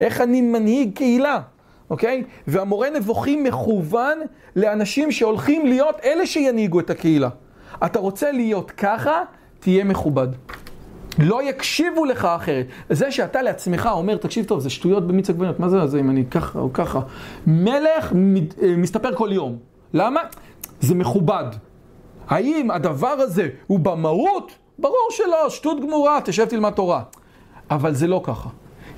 איך אני מנהיג קהילה, אוקיי? והמורה נבוכים מכוון לאנשים שהולכים להיות אלה שינהיגו את הקהילה. אתה רוצה להיות ככה? תהיה מכובד. לא יקשיבו לך אחרת. זה שאתה לעצמך אומר, תקשיב טוב, זה שטויות במיץ הגבולנות, מה זה, אם אני ככה או ככה? מלך מסתפר כל יום. למה? זה מכובד. האם הדבר הזה הוא במהות? ברור שלא, שטות גמורה, תשב תלמד תורה. אבל זה לא ככה.